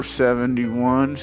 71